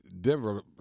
Denver